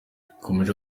yakomeje